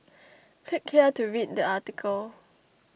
click here to read the article